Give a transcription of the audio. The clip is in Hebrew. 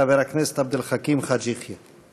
חבר הכנסת עבד אל חכים חאג' יחיא.